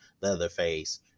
Leatherface